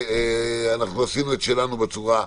רגע, אבל אז מה המשמעות של לא יפחת מ-9,000?